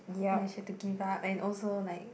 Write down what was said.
make sure to give up and also like